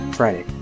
Friday